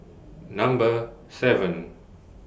Number seven